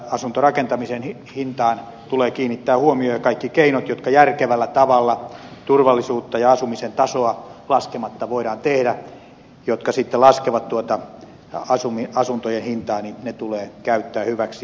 asuntorakentamisen hintaan tulee kiinnittää huomio ja kaikki keinot jotka järkevällä tavalla turvallisuutta ja asumisen tasoa laskematta voidaan tehdä ja jotka sitten laskevat asuntojen hintaa tulee käyttää hyväksi